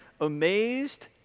amazed